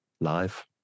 life